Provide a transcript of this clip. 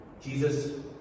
Jesus